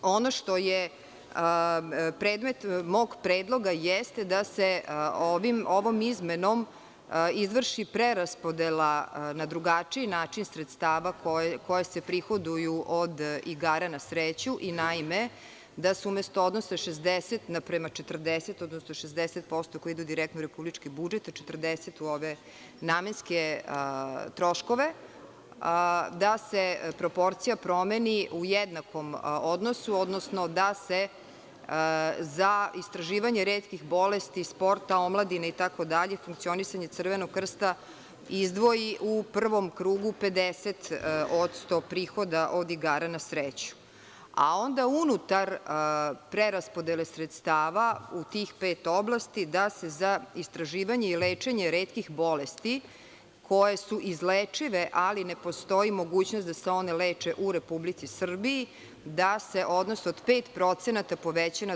Ono što je predmet mog predloga jeste da se ovom izmenom izvrši preraspodela na drugačiji način sredstava koja se prihoduju od igara na sreću, naime, da se umesto odnosa 60 naprema 40, odnosno 60% koje idu direktno u republički budžet, a 40% u ove namenske troškove, da se proporcija promeni u jednakom odnosu, odnosno da se za istraživanje retkih bolesti sporta i omladine, funkcionisanje Crvenog krsta izdvoji u prvom krugu 50% prihoda od igara na sreću, a onda unutar preraspodele sredstava u tih pet oblasti da se za istraživanje i lečenje retkih bolesti koje su izlečive, ali ne postoji mogućnost da se one leče u Republici Srbiji, da se odnos od 5% poveća na 25%